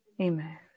Amen